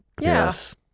Yes